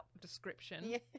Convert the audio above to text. description